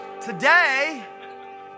Today